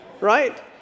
Right